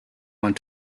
want